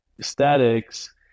statics